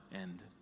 end